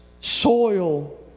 soil